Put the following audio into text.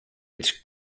its